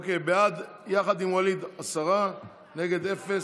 בעד, יחד עם ווליד, עשרה, נגד, אפס,